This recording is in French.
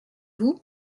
vous